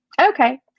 Okay